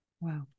Wow